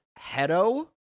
Hedo